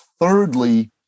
thirdly